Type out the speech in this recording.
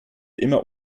immer